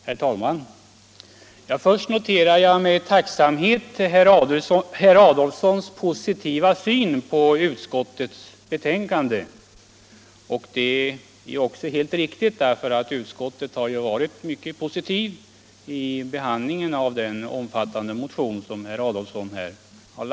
Herr talman! Först noterar jag med tacksamhet herr Adolfssons syn på utskottets betänkande. Utskottet har också varit mycket positivt vid behandlingen av den omfattande motion som herr Adolfsson har väckt.